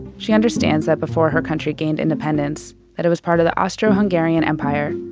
she understands that before her country gained independence, that it was part of the austro-hungarian empire.